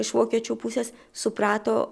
iš vokiečių pusės suprato